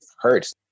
hurts